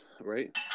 Right